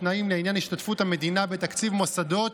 ותנאים לעניין השתתפות המדינה בתקציב מוסדות